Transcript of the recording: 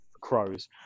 crows